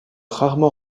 rarement